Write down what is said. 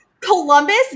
Columbus